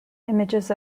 images